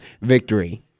victory